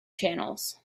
channels